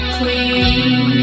clean